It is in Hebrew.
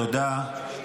תודה.